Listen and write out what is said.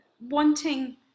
wanting